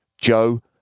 Joe